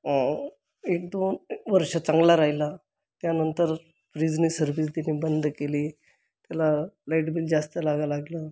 एक दोन वर्ष चांगला राहिला त्यानंतर फ्रीजने सर्विस देणे बंद केली त्याला लाइट बिल जास्त लागायला लागलं